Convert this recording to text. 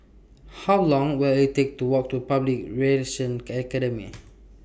How Long Will IT Take to Walk to Public Relations Can Academy